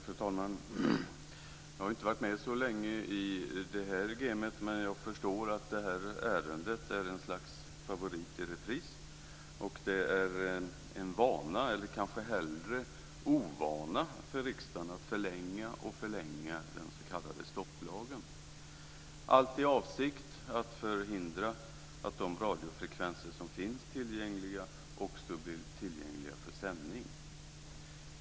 Fru talman! Jag har inte varit med så länge i det här gamet, men jag förstår att det här ärendet är ett slags favorit i repris. Det är en vana, eller kanske hellre ovana, för riksdagen att hela tiden förlänga den s.k. stopplagen. Allt görs i avsikt att förhindra att de radiofrekvenser som finns tillgängliga också blir tillgängliga för sändning.